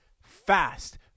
fast